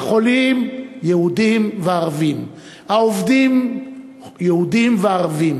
החולים יהודים וערבים, העובדים יהודים וערבים.